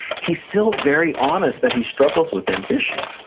he's still very honest that he struggles with ambition.